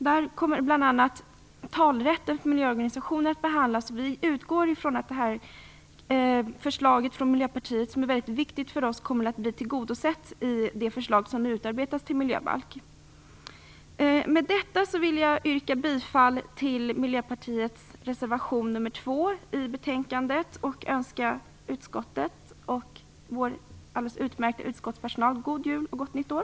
Där kommer bl.a. talerätten för miljöorganisationer att behandlas. Vi utgår ifrån att Miljöpartiets förslag, som är mycket viktigt för oss, kommer att bli tillgodosett i det förslag till miljöbalk som nu utarbetas. Med detta vill jag yrka bifall till Miljöpartiets reservation nr 2 i betänkandet och önska utskottet och vår alldeles utmärkta utskottspersonal god jul och gott nytt år.